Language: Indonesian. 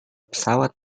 pesawat